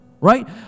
Right